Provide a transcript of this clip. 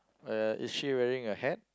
uh is she wearing a hat